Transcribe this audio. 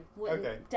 Okay